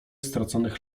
straconych